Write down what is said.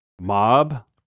Mob